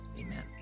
amen